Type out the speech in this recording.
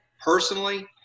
Personally